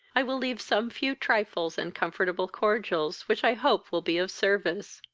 i will leave some few trifles and comfortable cordials, which i hope will be of service.